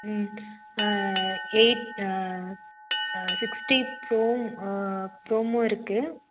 ம் eight sixty from promo இருக்குது